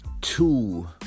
Two